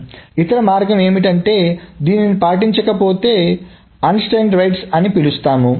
కాబట్టి ఇతర మార్గం ఏమిటంటే దీనిని పాటించకపోతే మనం అనియంత్రిత వ్రాతలు అని పిలుస్తాము